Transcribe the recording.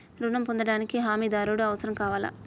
ఋణం పొందటానికి హమీదారుడు అవసరం కావాలా?